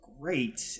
great